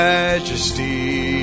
Majesty